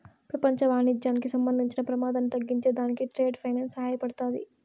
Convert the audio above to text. పెపంచ వాణిజ్యానికి సంబంధించిన పెమాదాన్ని తగ్గించే దానికి ట్రేడ్ ఫైనాన్స్ సహాయపడతాది